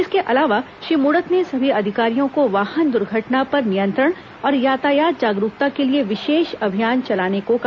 इसके अलावा श्री मूणत ने सभी अधिकारियों को वाहन दुर्घटना पर नियंत्रण और यातायात जागरूकता के लिए विशेष अभियान चलाने को कहा